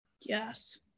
Yes